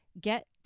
get